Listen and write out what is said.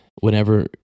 whenever